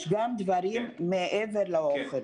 יש גם דברים מעבר לאוכל.